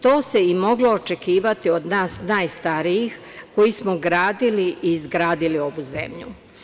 To se i moglo očekivati od nas najstarijih koji smo gradili i izgradili ovu zemlju.